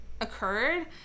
occurred